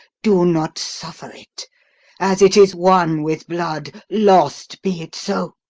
do not suffer it as it is won with blood, lost be it so!